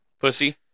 Pussy